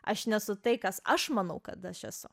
aš nesu tai kas aš manau kad aš esu